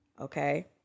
okay